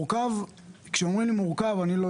כשאומרים מורכב זאת אומרת